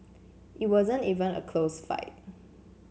it wasn't even a close fight